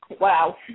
Wow